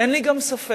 אין לי גם ספק